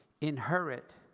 inherit